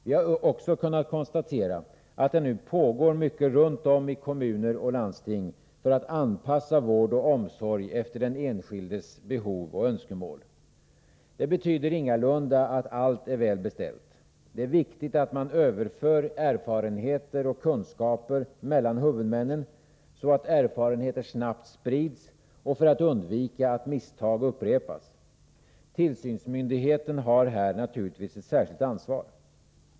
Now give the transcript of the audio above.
Vi har också kunnat konstatera att det nu pågår mycket runt om i kommuner och landsting för att anpassa vård och omsorg efter den enskildes behov och önskemål. Det betyder ingalunda att allt är väl beställt. Det är viktigt att man överför erfarenheter och kunskaper mellan huvudmännen, så att erfarenheter snabbt sprids och för att undvika att misstag upprepas. Tillsynsmyndigheten har här naturligtvis ett särskilt ansvar.